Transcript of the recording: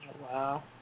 Wow